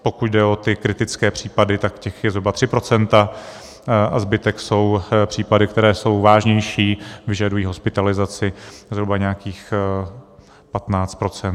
A pokud jde o ty kritické případy, tak těch jsou zhruba 3 % a zbytek jsou případy, které jsou vážnější, vyžadují hospitalizaci, zhruba nějakých 15 %.